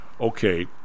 okay